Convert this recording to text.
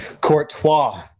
Courtois